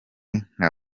nka